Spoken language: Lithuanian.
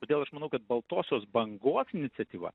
todėl aš manau kad baltosios bangos iniciatyva